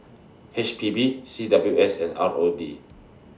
H P B C W S and R O D